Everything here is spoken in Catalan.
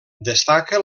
destaca